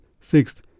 Sixth